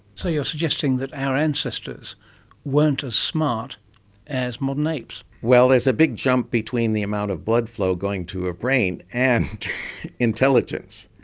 so you're suggesting that our ancestors weren't as smart as modern apes? well, there's a big jump between the amount of blood flow going to a brain and intelligence.